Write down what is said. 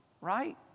right